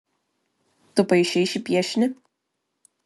tu paišei šį piešinį